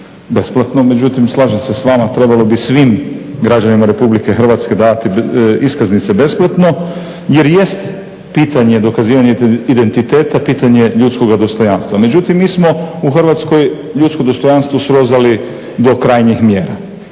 besplatno međutim slažem se s vama trebalo bi svim građanima RH dati iskaznice besplatno jer jest pitanje dokazivanja identiteta, pitanje ljudskoga dostojanstva. Međutim, mi smo u Hrvatskoj ljudsko dostojanstvo srozali do krajnjih mjera.